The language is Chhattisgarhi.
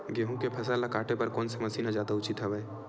गेहूं के फसल ल काटे बर कोन से मशीन ह जादा उचित हवय?